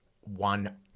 one